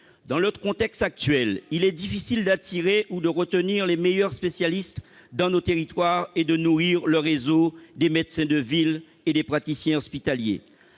dans le contexte actuel, il est difficile d'attirer ou de retenir les meilleurs spécialistes dans nos territoires et de nourrir le réseau d'émettre ces 2 villes et des praticiens hospitaliers,